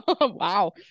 Wow